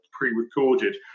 pre-recorded